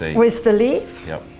ah with the leaf yep.